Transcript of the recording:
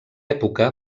època